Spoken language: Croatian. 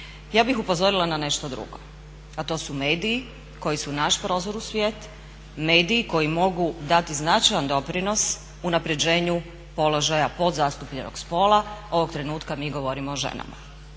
Ja bih upozorila na nešto drugo, a to su mediji koji su naš prozor u svijet, mediji koji mogu dati značajan doprinos unapređenju položaja podzastupljenog spola. Ovog trenutka mi govorimo o ženama.